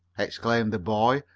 exclaimed the boy,